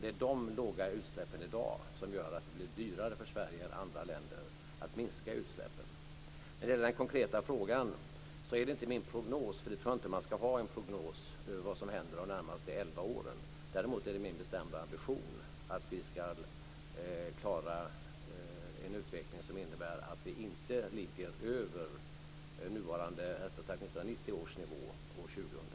Det är de låga utsläppen i dag som gör att det blir dyrare för Sverige än för andra länder att minska utsläppen. När det gäller den konkreta frågan är det inte min prognos - jag tror nämligen inte att man ska ha en prognos för vad som händer under de närmaste elva åren - men däremot min bestämda ambition att vi ska klara en utveckling som innebär att vi inte ligger över